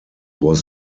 was